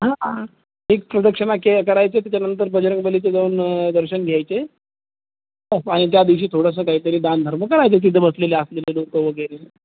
हा ह एक प्रदक्षिणा करायचे त्याच्यानंतर बजरंगबलीचं जाऊन दर्शन घ्यायचे आणि त्या दिवशी थोडंसं काहीतरी दानधर्म करायचे तिथं बसलेले असले लोकं वगैरे